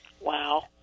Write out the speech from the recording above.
Wow